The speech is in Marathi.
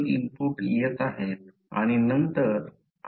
तर या प्रकरणात सममितीमुळे H प्रत्येक फ्लक्स लाईन्सच्या बाजूने एकसमान आहे